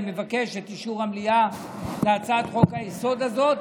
אני מבקש את אישור המליאה להצעת חוק-היסוד הזאת,